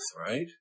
right